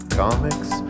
comics